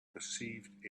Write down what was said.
perceived